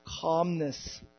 calmness